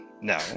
no